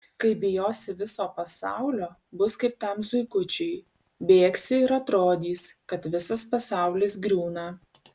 kai bijosi viso pasaulio bus kaip tam zuikučiui bėgsi ir atrodys kad visas pasaulis griūna